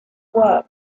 work